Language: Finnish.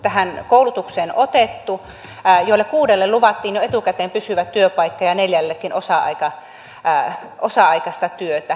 tähän koulutukseen olisi otettu kymmenen ihmistä joista kuudelle luvattiin jo etukäteen pysyvä työpaikka ja neljällekin osa aikaista työtä